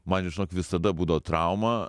man žinok visada būdavo trauma